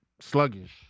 sluggish